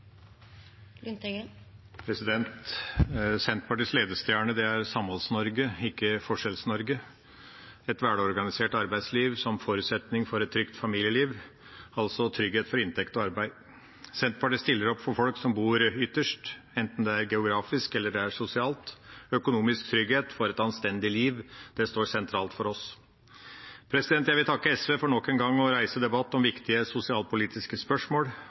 ikke Forskjells-Norge – et velorganisert arbeidsliv som forutsetning for et trygt familieliv, altså trygghet for inntekt og arbeid. Senterpartiet stiller opp for folk som bor ytterst, enten det er geografisk eller det er sosialt. Økonomisk trygghet for et anstendig liv står sentralt for oss. Jeg vil takke SV for nok en gang å reise debatt om viktige sosialpolitiske spørsmål,